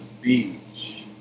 Beach